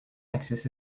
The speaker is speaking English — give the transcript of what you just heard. axis